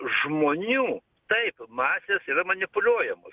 žmonių taip masės yra manipuliuojamos